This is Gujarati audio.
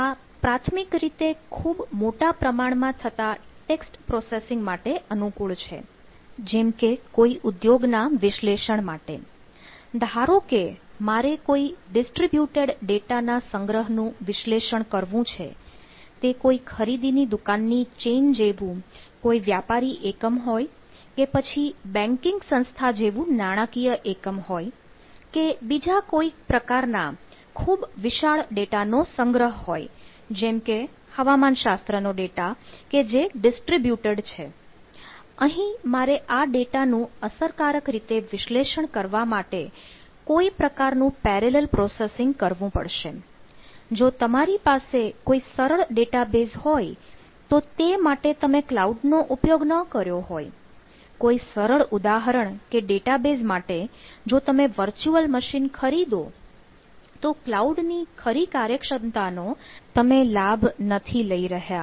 આ પ્રાથમિક રીતે ખૂબ મોટા પ્રમાણમાં થતા ટેક્સ્ટ પ્રોસેસિંગ ખરીદો તો ક્લાઉડ ની ખરી કાર્યક્ષમતાનો તમે લાભ નથી લઈ રહ્યા